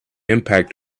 impact